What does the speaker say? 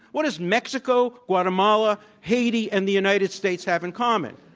what does mexico, guatemala, haiti, and the united states have in common?